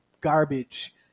garbage